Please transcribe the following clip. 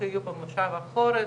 את מגמות הדיור האחרונות,